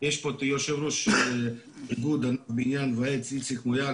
יש פה את יושב-ראש איגוד הבניין והעץ איציק מויאל,